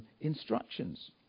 instructions